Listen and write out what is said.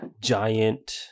giant